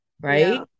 right